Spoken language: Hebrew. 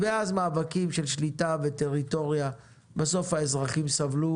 ואז מאבקים של שליטה וטריטוריה, בסוף האזרחים סבלו